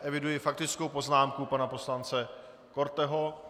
Eviduji faktickou poznámku pana poslance Korteho.